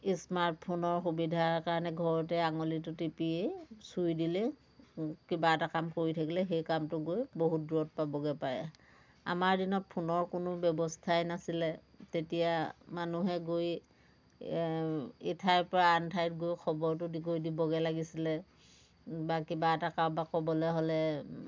স্মাৰ্টফোনৰ সুবিধা কাৰণে ঘৰতে আঙুলিটো টিপিয়েই চুই দিলেই কিবা এটা কাম কৰি থাকিলে সেই কামটো গৈ বহুত দূৰত পাবগৈ পাৰে আমাৰ দিনত ফোনৰ কোনো ব্যৱস্থাই নাছিলে তেতিয়া মানুহে গৈ ইঠাইৰ পৰা আনঠাইত গৈ খবৰটো গৈ দিবগৈ লাগিছিলে বা কিবা এটা কাৰোবাক ক'বলৈ হ'লে